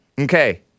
Okay